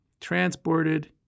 transported